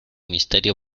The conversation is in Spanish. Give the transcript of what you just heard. misterio